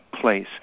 place